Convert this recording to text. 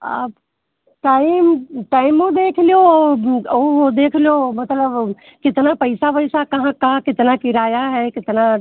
आप टाइम टाइमो देख लेओ और अहु देख लेओ मतलब कितना पैसा वैसा कहाँ का कितना किराया है कितना